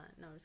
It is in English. No